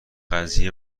قضیه